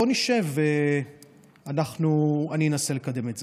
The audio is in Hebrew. בוא נשב, ואני אנסה לקדם את זה.